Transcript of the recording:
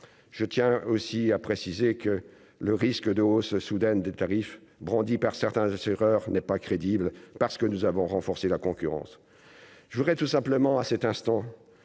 je tiens aussi à préciser que le risque de hausse soudaine des tarifs brandies par certains assureurs n'est pas crédible parce que nous avons renforcé la concurrence je voudrais tout simplement à cet instant,